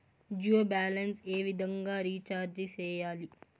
Jio balance ఏ విధంగా recharge సేయాలి?